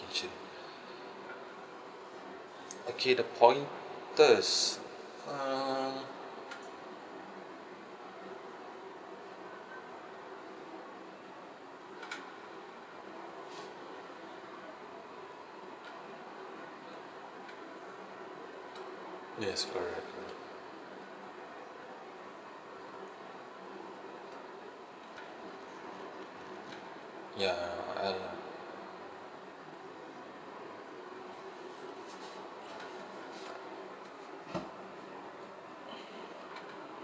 okay the pointers uh yes correct ya uh